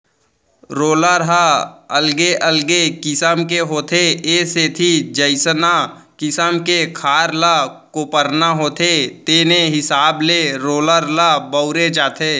roller ह अलगे अलगे किसम के होथे ए सेती जइसना किसम के खार ल कोपरना होथे तेने हिसाब के रोलर ल बउरे जाथे